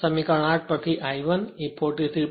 આ સમીકરણ 8 પરથી I 1 એ 43